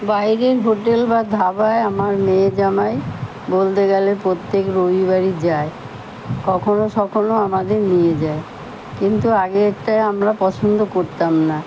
বাইরের হোটেল বা ধাবায় আমার মেয়ে জামাই বলতে গেলে প্রত্যেক রবিবারই যায় কখনো সখনো আমাদের নিয়ে যায় কিন্তু আগে এটা আমরা পছন্দ করতাম না